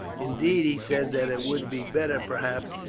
indeed, he said that it would be better, perhaps,